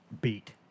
beat